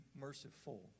merciful